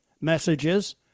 messages